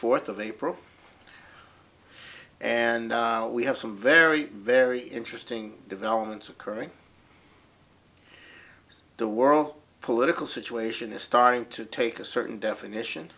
fourth of april and we have some very very interesting developments occurring the world political situation is starting to take a certain definition